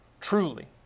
Truly